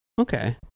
okay